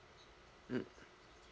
mm